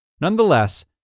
Nonetheless